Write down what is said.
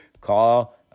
call